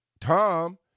tom